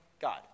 God